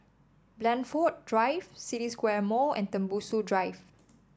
Blandford Drive City Square Mall and Tembusu Drive